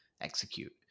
execute